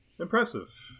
impressive